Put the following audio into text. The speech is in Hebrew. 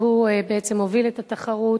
שהוא בעצם מוביל את התחרות,